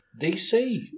DC